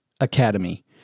academy